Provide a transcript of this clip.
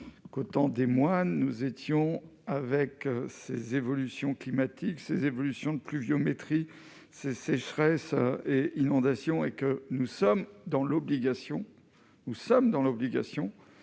qu'autant des mois nous étions avec ces évolutions climatiques ces évolutions de pluviométrie ces sécheresses et inondations et que nous sommes dans l'obligation, nous sommes dans l'obligation